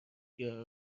گیاها